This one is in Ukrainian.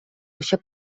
щоб